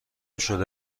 شده